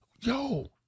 yo